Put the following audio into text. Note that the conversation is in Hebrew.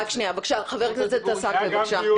חבר הכנסת עסאקלה, בבקשה.